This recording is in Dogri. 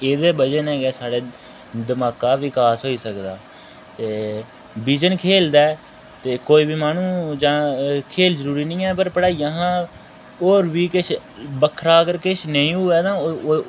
एह्दे बजह ने साढ़ै दमाका दा बकास होई सकदा ते बिजन खेल दा ते कोई बी माह्नू जां खेल जरूरी नेईं ऐ पर पढ़ाई अस्तै होर बी किश बक्खरा अगर किश नेईं होवै तां